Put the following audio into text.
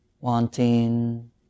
wanting